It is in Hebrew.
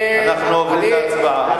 אנחנו עוברים להצבעה.